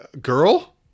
girl